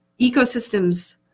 ecosystems